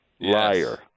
liar